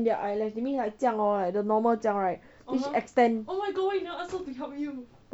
their eyelash that means like 这样 lor the normal 这样 right then she extend